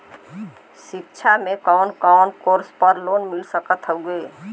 शिक्षा मे कवन कवन कोर्स पर लोन मिल सकत हउवे?